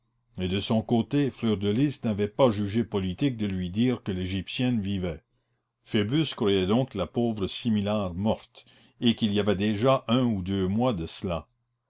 et de son côté fleur de lys n'avait pas jugé politique de lui dire que l'égyptienne vivait phoebus croyait donc la pauvre similar morte et qu'il y avait déjà un ou deux mois de cela